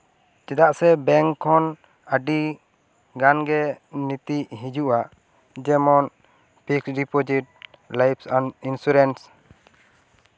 ᱪᱮᱫᱟᱜ ᱥᱮ ᱵᱮᱝᱠᱚ ᱠᱷᱚᱱ ᱟᱹᱰᱤ ᱜᱟᱱ ᱜᱮ ᱱᱤᱛᱤ ᱦᱤᱡᱩᱜᱼᱟ ᱡᱮᱢᱚᱱ ᱯᱷᱤᱠᱥ ᱰᱤᱯᱚᱡᱤᱴ ᱞᱟᱭᱤᱯᱷ ᱤᱱᱥᱩᱨᱮᱱᱥ